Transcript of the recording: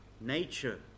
nature